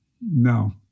No